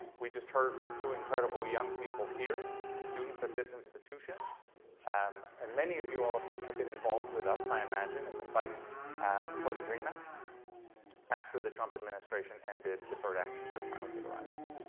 we just heard from two incredible young people here students at this institution um and many of you all have been involved with us, i imagine in the fight for the dream act after the trump administration ended the deferred action for childhood arrivals.